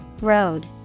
Road